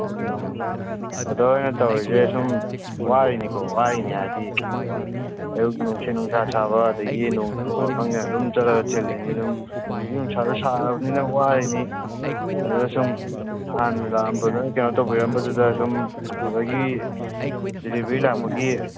ꯎꯝ brother ꯍꯣꯏꯅ ꯇꯧꯔꯤꯁꯦ ꯁꯨꯝ ꯋꯥꯔꯤꯅꯦꯀꯣ ꯋꯥꯔꯤꯅꯦ ꯍꯥꯏꯗꯤ ꯑꯌꯨꯛ ꯅꯨꯡꯊꯤꯟ ꯅꯨꯡꯁꯥ ꯁꯥꯕ ꯑꯗꯒꯤ ꯅꯣꯡꯆꯨꯕ ꯈꯪꯗꯅ ꯑꯗꯨꯝ ꯆꯠꯂꯒ ꯊꯤꯜꯂꯤꯅꯤ ꯑꯗꯨꯝ ꯍꯧꯖꯤꯛꯁꯨ ꯑꯗꯨꯝ ꯅꯨꯡꯁꯥꯁꯨ ꯁꯥꯔꯕꯅꯤꯅ ꯋꯥꯔꯤꯅꯤ ꯑꯗ ꯁꯨꯝ ꯅꯍꯥꯟ ꯕ꯭ꯔꯗꯔꯅ ꯀꯩꯅꯣ ꯇꯧꯕꯤꯔꯝꯕꯗꯨꯗ ꯁꯨꯝ ꯕ꯭ꯔꯗꯔꯒꯤ ꯗꯦꯂꯤꯕꯔꯤ ꯂꯥꯛꯄꯒꯤ